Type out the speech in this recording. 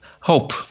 Hope